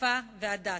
השפה והדת.